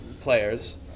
players